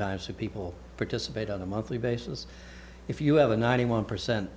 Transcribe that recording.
times have people participate on a monthly basis if you have a ninety one percent